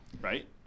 right